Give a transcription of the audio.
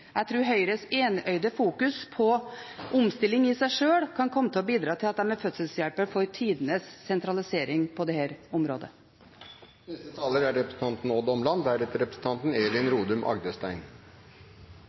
Jeg tror Høyres enøyde fokus på omstilling i seg sjøl kan komme til å bidra til at de er fødselshjelpere for tidenes sentralisering på dette området. Sterke fellesskapsløsninger og små forskjeller er